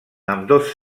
ambdós